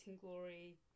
glory